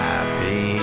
Happy